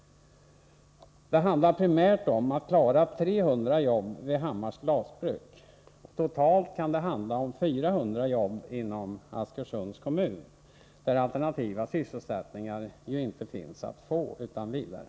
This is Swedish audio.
Det är primärt fråga om att kunna behålla 300 jobb vid Hammars glasbruk. Totalt kan det handla om 400 jobb Nr 86 inom Askersunds kommun, där alternativa sysselsättningar inte finns att få Tisdagen den utan vidare.